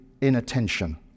inattention